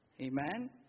Amen